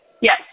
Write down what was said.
Yes